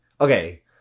okay